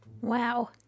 Wow